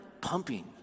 pumping